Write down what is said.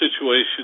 situation